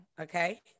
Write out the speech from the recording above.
Okay